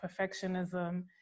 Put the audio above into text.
perfectionism